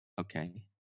Okay